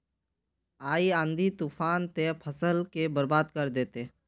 इ आँधी तूफान ते फसल के बर्बाद कर देते?